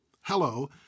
Hello